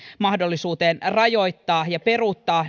mahdollisuuteen ikään kuin rajoittaa ja peruuttaa